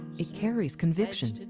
it carries conviction.